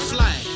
Fly